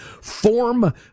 form